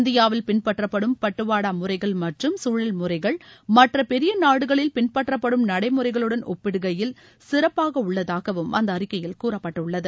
இந்தியாவில் பின்பற்றப்படும் பட்டுவாடா முறைகள் மற்றும் சூழல்முறைகள் மற்ற பெரிய நாடுகளில் பின்பற்றப்படும் நடைமுறைகளுடன் ஒப்பிடுகையில் சிறப்பாக உள்ளதாகவும் அந்த அறிக்கையில் கூறப்பட்டுள்ளது